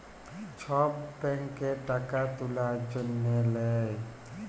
ছব ব্যাংকে টাকা তুলার জ্যনহে লেই